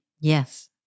Yes